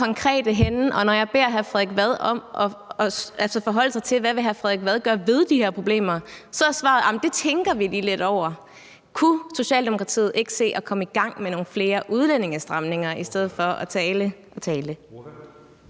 sig til, hvad hr. Frederik Vad gør ved de her problemer, så er svaret: Det tænker vi lige lidt over. Kunne Socialdemokratiet ikke se at komme i gang med nogle flere udlændingestramninger i stedet for at tale og tale?